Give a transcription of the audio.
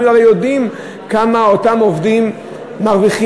אנחנו הרי יודעים כמה אותם עובדים מרוויחים.